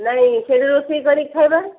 ନାଇଁ ସେଠି ରୋଷେଇ କରିକି ଖାଇବା